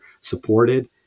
supported